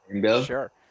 Sure